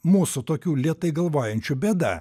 mūsų tokių lėtai galvojančių bėda